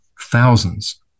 thousands